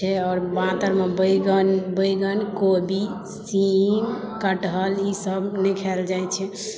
छै और बाँतरिमे बैंगन बैगन कोबी सीम कठहल ई सभ नहि खायल जाइ छै